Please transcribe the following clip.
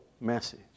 message